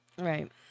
right